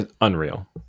unreal